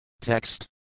Text